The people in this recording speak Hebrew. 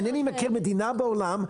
אינני מכיר מדינה בעולם,